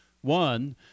One –